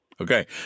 Okay